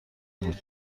بود